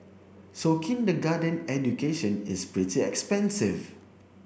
so kindergarten education is pretty expensive